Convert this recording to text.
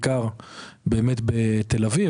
בעיקר בתל אביב,